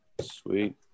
Sweet